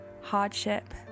hardship